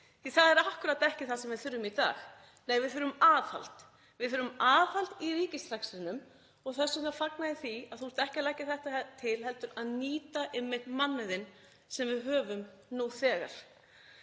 því það er akkúrat ekki það sem við þurfum í dag. Nei, við þurfum aðhald. Við þurfum aðhald í ríkisrekstrinum og þess vegna fagna ég því að þú sért ekki að leggja þetta til heldur að nýta einmitt mannauðinn sem við höfum nú þegar.